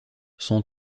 son